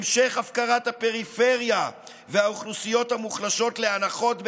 המשך הפקרת הפריפריה והאוכלוסיות המוחלשות לאנחות,